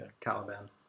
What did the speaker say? Caliban